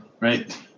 right